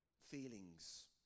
feelings